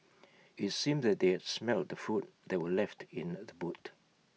IT seemed that they had smelt the food that were left in the boot